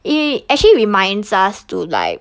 it actually reminds us to like